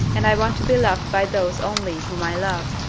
and i want to be loved by those only whom i love.